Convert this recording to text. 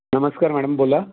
नमस्कार मॅडम बोला